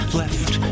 left